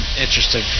Interesting